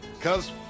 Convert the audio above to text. Cause